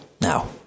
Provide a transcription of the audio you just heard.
Now